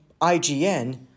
IGN